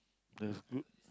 the group